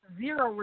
zero